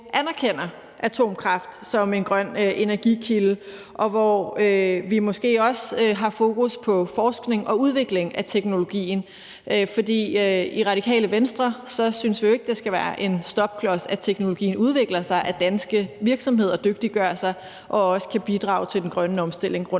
atomkraft som en grøn energikilde, og hvor vi måske også har fokus på forskning og udvikling af teknologien. For i Radikale Venstre synes vi jo ikke, det skal være en stopklods, at teknologien udvikler sig, at danske virksomheder dygtiggør sig, og at de også kan bidrage til den grønne omstilling